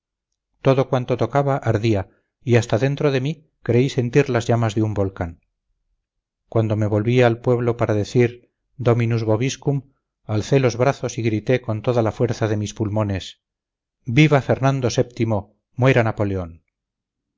todo cuanto tocaba ardía y hasta dentro de mí creí sentir las llamas de un volcán cuando me volví al pueblo para decir dominus vobiscum alcé los brazos y grité con toda la fuerza de mis pulmones viva fernando vii muera napoleón